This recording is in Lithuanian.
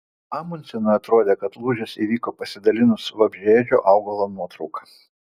amundsenui atrodė kad lūžis įvyko pasidalinus vabzdžiaėdžio augalo nuotrauka